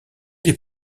les